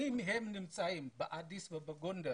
אם הם נמצאים באדיס ובגונדר